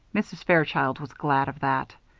mrs. fairchild was glad of that.